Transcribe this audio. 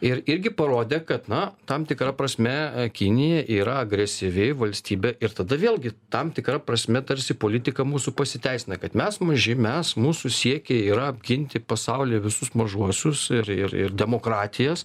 ir irgi parodė kad na tam tikra prasme kinija yra agresyvi valstybė ir tada vėlgi tam tikra prasme tarsi politika mūsų pasiteisina kad mes maži mes mūsų siekiai yra apginti pasaulį visus mažuosius ir ir demokratijas